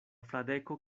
fradeko